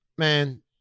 Man